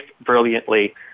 brilliantly